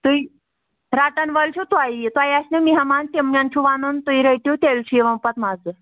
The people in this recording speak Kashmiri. تُہۍ رَٹَن وٲلۍ چھِو تۄہی تۄہہِ آسِنو مہمان تِمن چھُ وَنُن تُہۍ رٔٹِو تیٚلہِ چھُ یِوان پَتہٕ مَزٕ